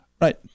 Right